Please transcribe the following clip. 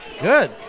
Good